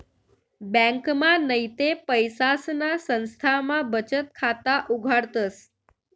ब्यांकमा नैते पैसासना संस्थामा बचत खाता उघाडतस